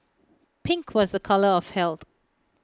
pink was A colour of health